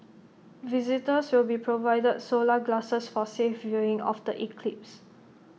visitors will be provided solar glasses for safe viewing of the eclipse